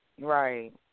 Right